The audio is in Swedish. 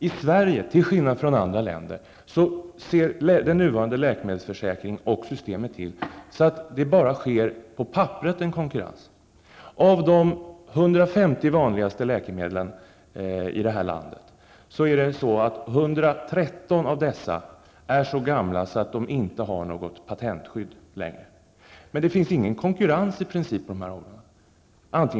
I Sverige, till skillnad från andra länder, ser den nuvarande läkemedelsförsäkringen och systemet till att det sker en konkurrens bara på papperet. Av de 150 vanligaste läkemedlen här i landet är 113 så gamla att de inte längre har något patentskydd. Men det finns i princip ingen konkurrens på det här området.